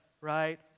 right